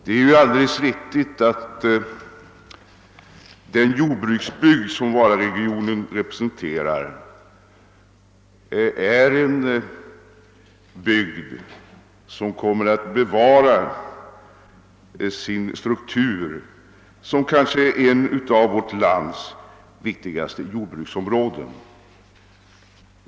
Det är alldeles riktigt att den jordbruksbygd som Vararegionen utgör kommer att bevara sin karaktär som ett av vårt lands kanske viktigaste jordbruksområden.